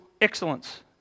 excellence